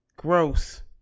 gross